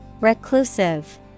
Reclusive